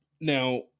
Now